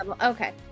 okay